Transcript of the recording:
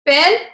Ben